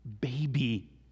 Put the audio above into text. baby